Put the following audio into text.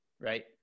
Right